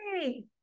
hey